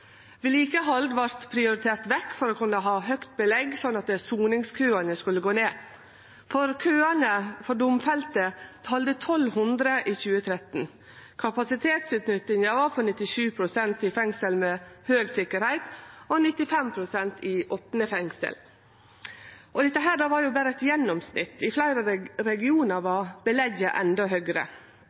Vedlikehald vart prioritert vekk for å kunne ha høgt belegg slik at soningskøane skulle gå ned. Køane for domfelte talde 1 200 i 2013. Kapasitetsutnyttinga var 97 pst. i fengsel med høg sikkerheit og 95 pst. i opne fengsel, og det var berre eit gjennomsnitt. I fleire regionar var